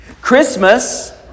Christmas